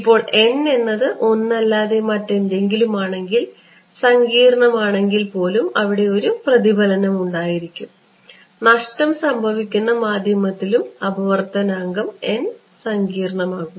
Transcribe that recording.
ഇപ്പോൾ n എന്നത് 1 അല്ലാതെ മറ്റെന്തെങ്കിലുമാണെങ്കിൽ സങ്കീർണ്ണമാണെങ്കിൽപ്പോലും അവിടെ ഒരു പ്രതിഫലനം ഉണ്ടായിരിക്കും നഷ്ടം സംഭവിക്കുന്ന മാധ്യമത്തിലും അപവർത്തനാങ്കം n സങ്കീർണ്ണമാകുന്നു